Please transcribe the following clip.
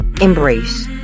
embrace